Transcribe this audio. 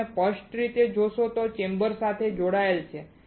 જો તમે સ્પષ્ટ રીતે જોશો તો તે ચેમ્બર સાથે જોડાયેલ છે